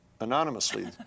anonymously